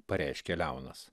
pareiškė leonas